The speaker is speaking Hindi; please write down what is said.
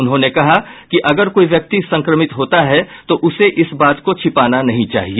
उन्होंने कहा कि अगर कोई व्यक्ति संक्रमित होता है तो उसे इस बात को छिपाना नहीं चाहिए